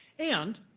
and